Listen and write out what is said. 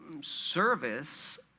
service